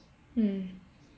mm